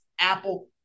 Apple